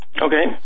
Okay